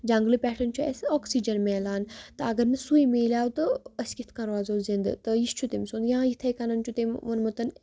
جنٛگلہٕ پٮ۪ٹھ چھُ اَسہِ آکسیجَن مِلان تہٕ اگر نہٕ سُے میلیٛاو تہٕ أسۍ کِتھ کَن روزَو زِندٕ تہٕ یہِ چھُ تٔمۍ سُنٛد یا یِتھَے کٲنٹھۍ چھُ تٔمۍ ووٚنمُت